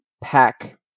Pack